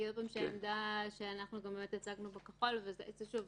העמדה שהצגנו בנוסח הכחול שוב,